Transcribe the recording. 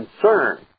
concern